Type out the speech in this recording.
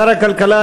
שר הכלכלה,